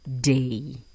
day